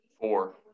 Four